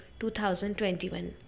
2021